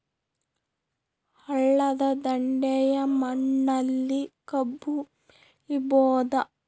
ಹಳ್ಳದ ದಂಡೆಯ ಮಣ್ಣಲ್ಲಿ ಕಬ್ಬು ಬೆಳಿಬೋದ?